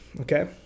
okay